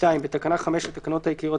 תיקון תקנה 5 בתקנה 5 לתקנות העיקריות,